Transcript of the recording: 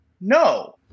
No